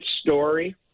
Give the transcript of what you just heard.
story